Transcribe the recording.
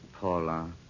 Paula